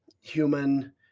human